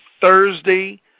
Thursday